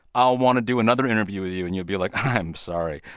i'll want to do another interview with you and you'll be like, i'm sorry,